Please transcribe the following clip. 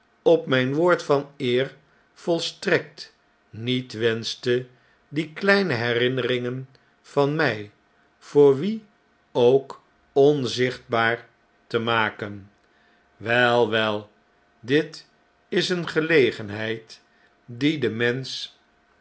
op mp woord van eer volstrekt niet wenschte die kleine herinneringen van mij voor wien ook onzichtbaar te maken wel wel dit is eene gelegenheid die den mensch